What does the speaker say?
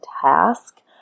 task